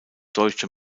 deutsche